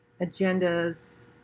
agendas